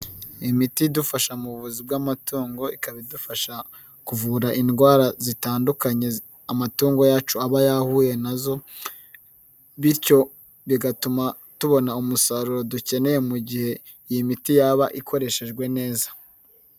Imiti idufasha mu buvuzi bw'amatungo, ikaba idufasha kuvura indwara zitandukanye amatungo yacu aba yahuye nazo bityo bigatuma tubona umusaruro dukeneye mu gihe iyi miti yaba ikoreshejwe neza.